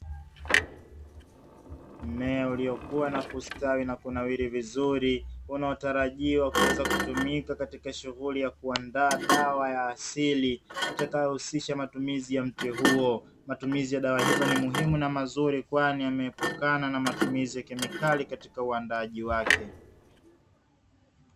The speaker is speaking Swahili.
Mmea uliokuwa na kustawi vizuri unaotarajiwa kuweza kutumika katika shughuli ya kuandaa dawa ya asili itakayohusisha matumizi ya mtu huo. Matumizi ni mazuri kwani yameepukana na matumizi ya kemikali katika uwaandaji wake.